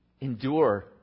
endure